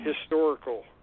historical